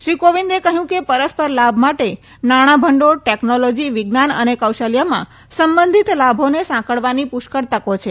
શ્રી કોવિંદે કહયું કે પરસ્પર લાભ માટે નાણાં ભંડોળ ટેકનોલોજી વિજ્ઞાન અને કૌશલ્યમાં સંબંધિત લાભોને સાંકળવાની પુષ્કળ તકો છે